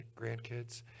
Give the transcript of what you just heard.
grandkids